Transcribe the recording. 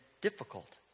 difficult